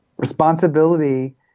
responsibility